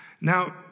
Now